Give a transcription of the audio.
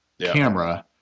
camera